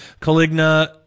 Caligna